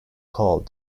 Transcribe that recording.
called